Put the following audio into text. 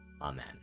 Amen